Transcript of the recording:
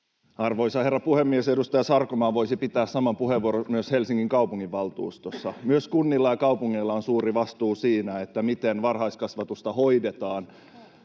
Arvoisa herra puhemies! Edustaja Sarkomaa voisi pitää saman puheenvuoron myös Helsingin kaupunginvaltuustossa. Myös kunnilla ja kaupungeilla on suuri vastuu siinä, miten varhaiskasvatusta hoidetaan.